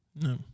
no